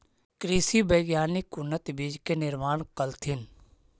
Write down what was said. कृषि वैज्ञानिक उन्नत बीज के निर्माण कलथिन